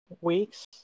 weeks